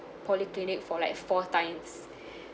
polyclinic for like four times